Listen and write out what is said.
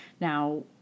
Now